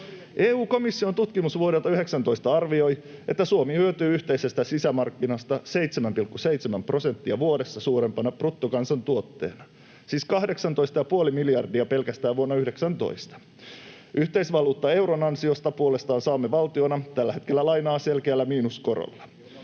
EU-komission tutkimus vuodelta 19 arvioi, että Suomi hyötyy yhteisestä sisämarkkinasta 7,7 prosenttia vuodessa suurempana bruttokansantuotteena — siis 18,5 miljardia pelkästään vuonna 19. Yhteisvaluutta euron ansiosta puolestaan saamme valtiona tällä hetkellä lainaa selkeällä miinuskorolla.